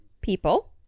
people